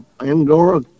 Angora